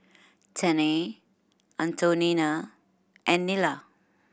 Tennie Antonina and Nila